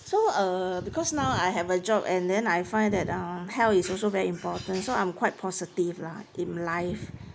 so uh because now I have a job and then I find that um health is also very important so I'm quite positive lah in life